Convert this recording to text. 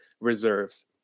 reserves